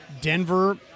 Denver